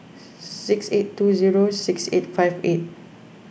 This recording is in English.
six eight two zero six eight five eight